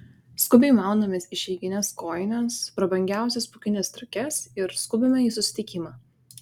skubiai maunamės išeigines kojines prabangiausias pūkines striukes ir skubame į susitikimą